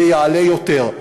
זה יעלה יותר.